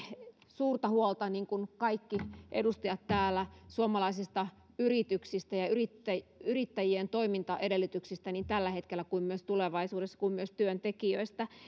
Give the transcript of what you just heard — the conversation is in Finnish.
suurta huolta niin kuin kaikki edustajat täällä suomalaisista yrityksistä ja yrittäjien toimintaedellytyksistä niin tällä hetkellä kuin myös tulevaisuudessa ja myös työntekijöistä